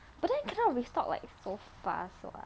but then cannot restock [what] it's so fast [what]